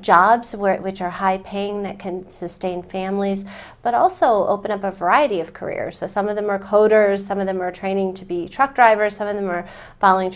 jobs where which are high paying that can sustain families but also open up a variety of career so some of them are coders some of them are training to be truck drivers some of them are falling